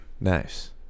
Nice